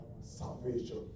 Salvation